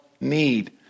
need